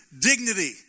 dignity